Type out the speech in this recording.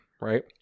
Right